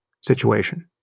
situation